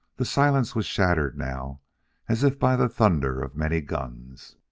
the silence was shattered now as if by the thunder of many guns.